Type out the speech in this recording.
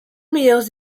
meilleures